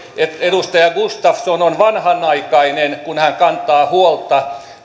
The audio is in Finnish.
että edustaja gustafsson on vanhanaikainen kun hän kantaa huolta